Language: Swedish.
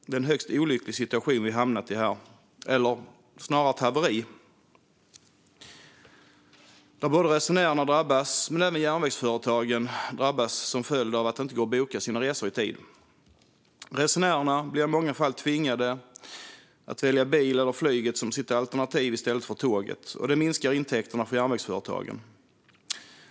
Det är en högst olycklig situation som vi hamnat i här, eller snarare ett haveri, där både resenärerna och järnvägsföretagen drabbas som följd av att det inte går att boka resor i tid. Resenärerna blir i många fall tvingade att välja bilen eller flyget som sitt alternativ i stället för tåget, och det minskar intäkterna för järnvägsföretagen.